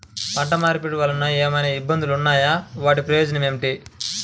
పంట మార్పిడి వలన ఏమయినా ఇబ్బందులు ఉన్నాయా వాటి ప్రయోజనం ఏంటి?